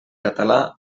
català